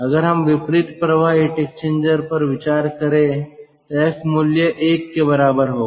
अगर हम विपरीत प्रवाह हीट एक्सचेंजर पर विचार करें तो F मूल्य एक के बराबर होगा